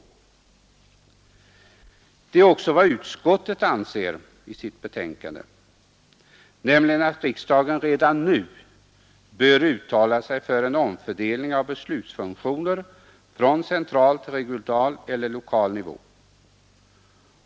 Detta är också vad utskottet anser i sitt betänkande, nämligen att riksdagen redan nu bör uttala sig för en omfördelning av beslutsfunktioner från central till regional eller lokal nivå.